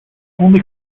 only